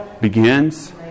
begins